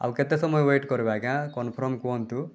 ଆଉ କେତେ ସମୟ ୱେଟ୍ କରିବୁ ଆଜ୍ଞା କନଫର୍ମ କରି କୁହନ୍ତୁ